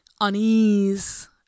Unease